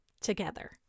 together